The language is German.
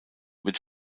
wird